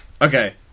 Okay